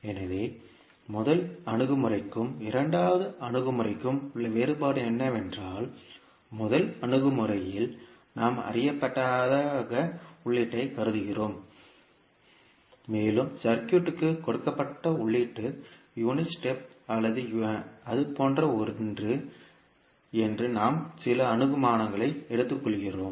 எனவே முதல் அணுகுமுறைக்கும் இரண்டாவது அணுகுமுறைக்கும் உள்ள வேறுபாடு என்னவென்றால் முதல் அணுகுமுறையில் நாம் அறியப்பட்டதாக உள்ளீட்டைக் கருதுகிறோம் மேலும் சர்க்யூட்க்கு கொடுக்கப்பட்ட உள்ளீடு unit step அல்லது அது போன்ற ஒன்று என்று நாம் சில அனுமானங்களை எடுத்துக்கொள்கிறோம்